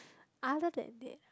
other than that